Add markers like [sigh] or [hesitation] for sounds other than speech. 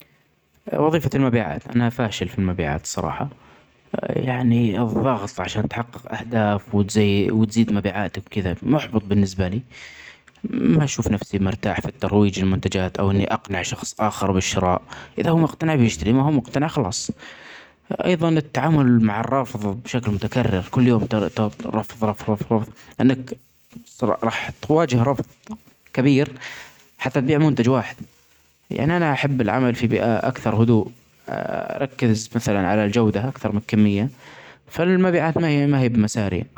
وظيفة المبيعات أنا فاشل في المبيعات الصراحة يعني الظغط عشان تحقق أهداف وتز-وتزيد مبيعاتك كده محبط بالنسبالي [hesitation] ما أشوف نفسي مرتاح في الترويج لمنتجات أو إني أقنع شخص آخر بالشراء إذا هو مقتنع بيشتري ماهو مقتنع خلاص. أيضا التعامل مع الرفظ بشكل متكرر كل يوم [hesitation] رفظ رفظ رفظ أنك [hesitation] راح تواجهه رفظ كبير حتي تبيع منتج واحد. يعني أنا أحب العمل في بيئة أكثر هدوء [hesitation] أركز مثلا علي الجودة أكثر من الكمية فالمبيعات ماهي ماهي بمساري.